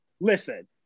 listen